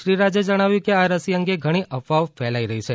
શ્રી રાજે જણાવ્યું કે આ રસી અંગે ઘણી અફવાઓ ફેલાઇ રહી છે